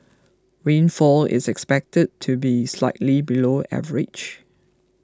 rainfall is expected to be slightly below average